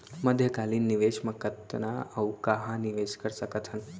मध्यकालीन निवेश म कतना अऊ कहाँ निवेश कर सकत हन?